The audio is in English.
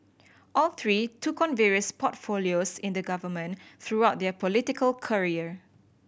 all three took on various portfolios in the government throughout their political career